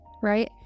right